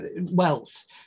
wealth